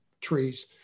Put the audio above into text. trees